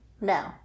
No